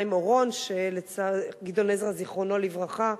זיכרונו לברכה,